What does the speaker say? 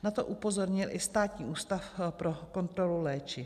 Na to upozornil i Státní ústav pro kontrolu léčiv.